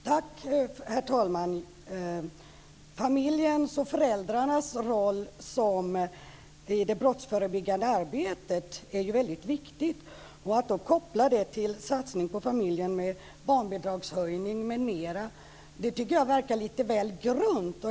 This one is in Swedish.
Herr talman! Familjens och föräldrarnas roll i det brottsförebyggande arbetet är ju väldigt viktig. Att koppla det till en satsning på familjen med barnbidragshöjning m.m. tycker jag verkar lite väl grunt.